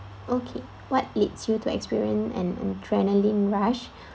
okay what leads you to experience an adrenaline rush